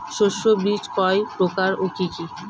শস্যের বীজ কয় প্রকার ও কি কি?